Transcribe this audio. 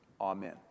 amen